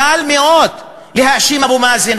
קל מאוד להאשים את אבו מאזן,